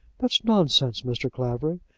that's nonsense, mr. clavering.